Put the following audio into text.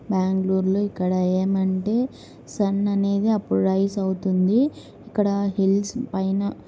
బెంగళూరులో ఇక్కడ ఏంటంటే సన్ అనేది అప్పుడు రైజ అవుతుంది ఇక్కడ హిల్స్ పైన